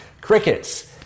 Crickets